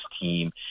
team